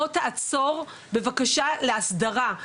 בוא תעצור בבקשה להסדרה.